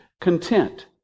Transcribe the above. content